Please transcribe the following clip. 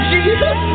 Jesus